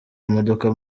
imodoka